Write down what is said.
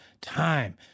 Time